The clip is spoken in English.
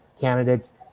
candidates